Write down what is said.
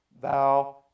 thou